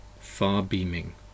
far-beaming